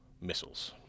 missiles